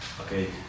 Okay